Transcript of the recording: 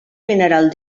mineral